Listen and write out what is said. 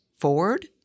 forward